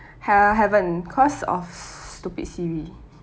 ha~ haven't cause of stupid C_B